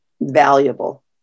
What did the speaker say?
valuable